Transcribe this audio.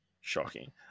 Shocking